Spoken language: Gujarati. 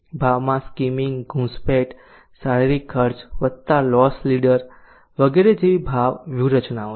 ભાવમાં સ્કીમિંગ ઘૂંસપેંઠ શારીરિક ખર્ચ વત્તા લોસ લીડર વગેરે જેવી ભાવ વ્યૂહરચનાઓ છે